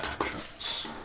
actions